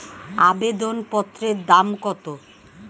আবেদন পত্রের দাম কত?